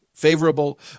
Favorable